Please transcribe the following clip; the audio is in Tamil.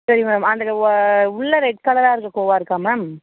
சரி மேம் அந்த க உவ உள்ள ரெட் கலராக இருக்கற கோவா இருக்கா மேம்